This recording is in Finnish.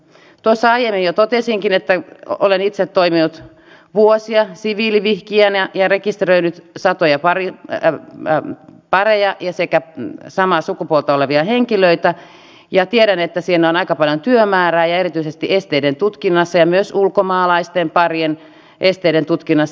tuossa aiemmin jo totesinkin että olen itse toiminut vuosia siviilivihkijänä ja rekisteröinyt satoja pareja ja samaa sukupuolta olevia henkilöitä ja tiedän että siinä on aika paljon työmäärää erityisesti esteiden tutkinnassa ja myös ulkomaalaisten parien esteiden tutkinnassa